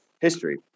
history